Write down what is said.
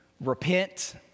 Repent